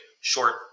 short